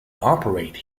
operate